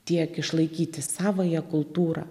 tiek išlaikyti savąją kultūrą